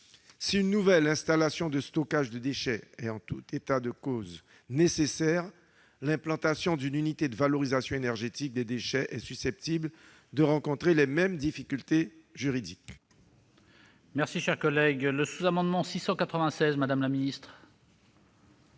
d'une nouvelle installation de stockage de déchets est en tout état de cause nécessaire, l'implantation d'une unité de valorisation énergétique des déchets est susceptible de rencontrer les mêmes difficultés juridiques.